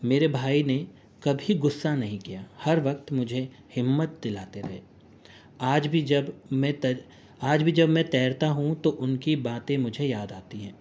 میرے بھائی نے کبھی غصہ نہیں کیا ہر وقت مجھے ہمت دلاتے رہے آج بھی جب میں تل آج بھی جب میں تیرتا ہوں تو ان کی باتیں مجھے یاد آتی ہیں